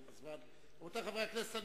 רבותי חברי הכנסת,